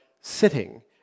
sitting